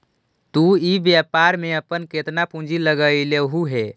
तु इ व्यापार में अपन केतना पूंजी लगएलहुं हे?